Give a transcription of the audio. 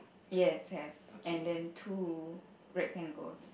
yes have and then two red tangles